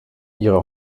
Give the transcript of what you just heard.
ihrer